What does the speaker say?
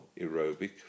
aerobic